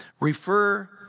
refer